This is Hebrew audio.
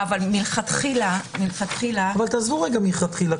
אבל מלכתחילה --- תעזבו רגע מלכתחילה.